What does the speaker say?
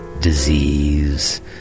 Disease